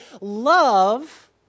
Love